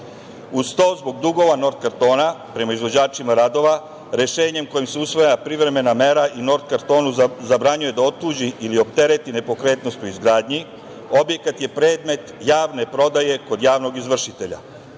Uz to zbog dugova „Nort kartona“ prema izvođačima radova, rešenjem kojim se usvaja privremena mera i „Nort kartonu“ zabranjuje da otuđi ili optereti nepokretnost u izgradnji, objekat je predmet javne prodaje kod javnog izvršitelja.